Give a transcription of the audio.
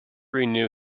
renew